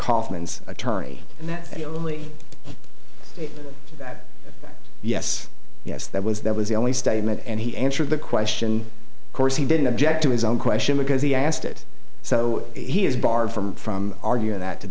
kaufman's attorney only that yes yes that was that was the only statement and he answered the question of course he didn't object to his own question because he asked it so he is barred from from arguing that